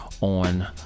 on